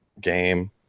game